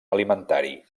alimentari